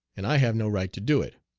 and i have no right to do it.